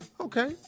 Okay